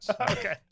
Okay